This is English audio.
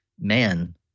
man